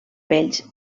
pells